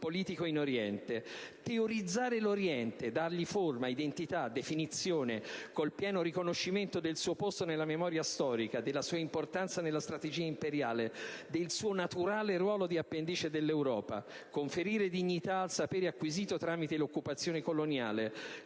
politico in Oriente; teorizzare l'Oriente, dargli forma, identità, definizione, con il pieno riconoscimento del suo posto nella memoria storica e della sua importanza nella strategia imperiale, del suo naturale ruolo di appendice dell'Europa; conferire dignità al sapere acquisito tramite occupazione coloniale,